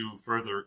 further